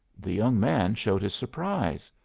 the young man showed his surprise.